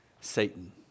Satan